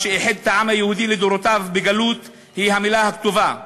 מה שאיחד את העם היהודי לדורותיו בגלות הוא המילה הכתובה,